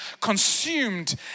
consumed